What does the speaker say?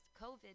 COVID